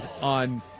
on